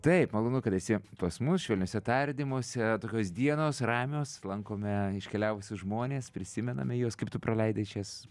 taip malonu kad esi pas mus švelniuose tardymuose tokios dienos ramios lankome iškeliavusius žmones prisimename juos kaip tu praleidai šias